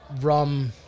rum